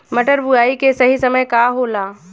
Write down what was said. मटर बुआई के सही समय का होला?